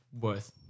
worth